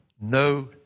no